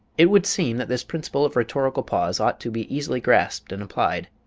it would seem that this principle of rhetorical pause ought to be easily grasped and applied,